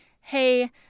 hey